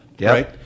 right